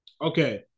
Okay